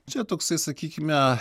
čia toksai sakykime